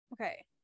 okay